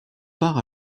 part